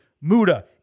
Muda